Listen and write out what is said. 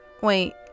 wait